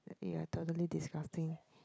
ya totally disgusting